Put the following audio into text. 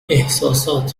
احساسات